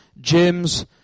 James